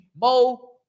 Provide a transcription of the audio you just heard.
Mo